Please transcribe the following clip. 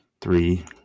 three